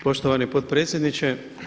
Poštovani potpredsjedniče.